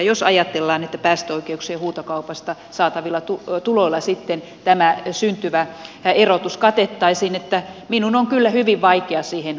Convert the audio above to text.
jos ajatellaan että päästöoikeuksien huutokaupasta saatavilla tuloilla sitten tämä syntyvä erotus katettaisiin minun on kyllä hyvin vaikea siihen uskoa